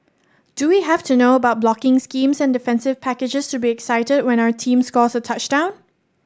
do we have to know about blocking schemes and defensive packages to be excited when our team scores a touchdown